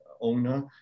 owner